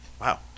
Wow